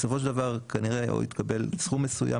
בסופו של דבר כנראה שיתקבל סכום מסוים,